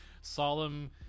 solemn